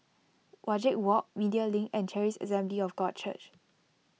Wajek Walk Media Link and Charis Assembly of God Church